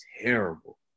terrible